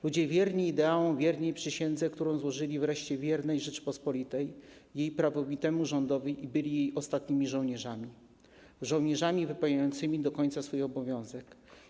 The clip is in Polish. Ludzie wierni ideałom, wierni przysiędze, którą złożyli, wreszcie wierni Rzeczypospolitej, jej prawowitemu rządowi byli jej ostatnimi żołnierzami, żołnierzami wypełniającymi do końca swój obowiązek.